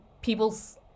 people's